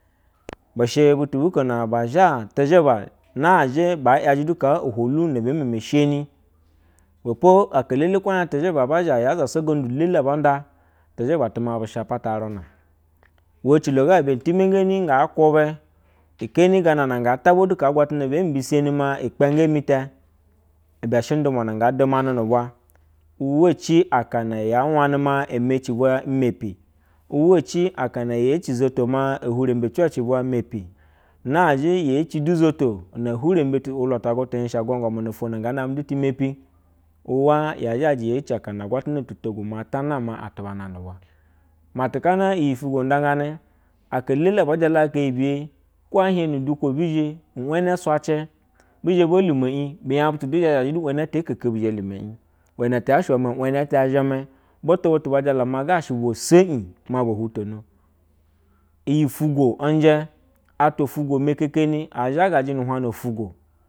Be shɛ butu bu ko naba zha tezhɛba naazhe baa yajɛ du kaa ohwolu na bee meme sheyini. Ibe po kwo yaa shɛ tɛzhɛba aba zha yaa zasa ugondu elele aba nda, tɛzhɛba tɛ ma bu sha pata uruna. Iwɛ ecilo gaibɛ yimengeni nga kwuba keeni ganana nga tabwa du kaa agwatana bee mbiseni maa ikpenge mi tɛ, ibɛ n ndumwa na ngaa dumanɛ nu bwo. Uwa ci akana yaa wanɛ maa emeci mepi uwa ci akana yee ci zoto maa zhuvrembe ucwɛci bwa mepi nathe yee ci du zoto na ehurembetu wulwatagwu te uhiejshe agwan gwama no ofwo na ngaa namɛ du ti mepi uwa yaa zhajr yee ci akana agwatana tu togwu maa ta nama atuba na nubwa. Matɛkana iyi ufwugwo nda ganɛ. Aka elele aba jalakaka iyi biye kwo ee hiej nu udukwo ebi zhe. I’ wenen swace, bizhe bo lumo ij. Binya butu du zha zhajɛ du i wenɛ ɛtɛ ikeke bi zhe lumo ij iwene ti yaa she iwe maa iwene ete zheme. Butu butu ba jala maa ga shɛ bwa so ij maa bo nhuwatono iyi ufwogwo unje. Atwa afwugwo mekekeni aa zhagajɛ nu uhwajna ufwugwo